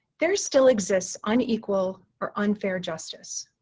there still exists unequal or unfair justice.